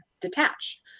detach